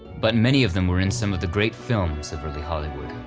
but many of them were in some of the great films of early hollywood,